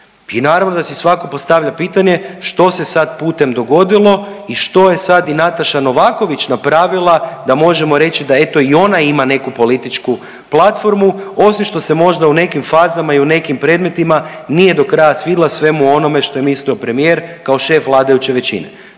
I naravno da si svako postavlja pitanje što se sad putem dogodilo i što je sad i Nataša Novaković napravila da možemo reći da eto i ona ima neku političku platformu osim što se možda u nekim fazama i nekim predmetima nije dokraja svidjela svemu onome što je mislio premijer kao šef vladajuće većine